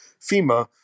FEMA